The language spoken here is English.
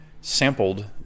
sampled